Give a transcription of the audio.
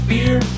Beer